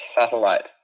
Satellite